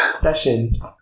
session